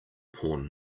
porn